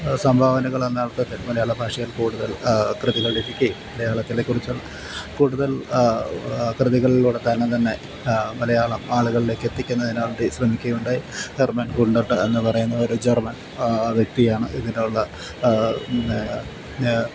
സംഭാവനകൾ എന്ന അർത്ഥത്തിൽ മലയാള ഭാഷയിൽ കൂടുതൽ കൃതികൾ രചിക്കുകയും കേരളത്തെകുറിച്ചുള്ള കൂടുതൽ കൃതികളിലൂടെ തന്നെത്തന്നെ മലയാളം ആളുകളിലേക്ക് എത്തിക്കുന്നതിന് വേണ്ടി ശ്രമിക്കുകയുണ്ടായി ധർമ്മൻ ഗുണ്ടട്ട് എന്ന് പറയുന്ന ഒരു ജർമ്മൻ വ്യക്തിയാണ് ഇതിനുള്ള പിന്നെ പിന്നെ